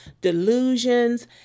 delusions